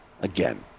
again